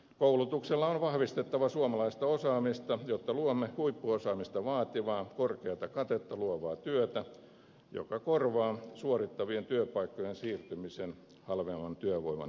koulutuksella on vahvistettava suomalaista osaamista jotta luomme huippuosaamista vaativaa ja korkeata katetta luovaa työtä joka korvaa suorittavien työpaikkojen siirtymisen halvemman työvoiman maihin